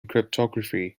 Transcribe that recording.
cryptography